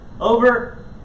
over